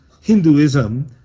hinduism